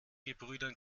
gebrüdern